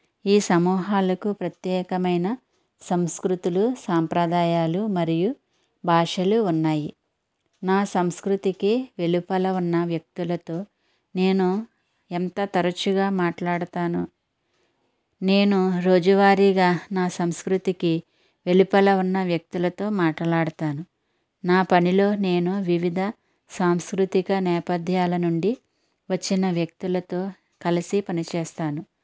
ఈ సమూహాలకు ప్రత్యేకమైన సంస్కృతులు సాంప్రదాయాలు మరియు భాషలు ఉన్నాయి నా సంస్కృతికి వెలుపల ఉన్న వ్యక్తులతో నేను ఎంత తరచుగా మాట్లాడతాను నేను రోజువారీగా నా సంస్కృతికి వెలుపల ఉన్న వ్యక్తులతో మాట్లాడుతాను నా పనిలో నేను వివిధ సాంస్కృతిక నేపథ్యాల నుండి వచ్చిన వ్యక్తులతో కలిసి పనిచేస్తాను